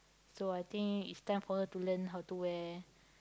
so I think it's time for her to learn how to wear